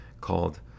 called